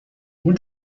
اون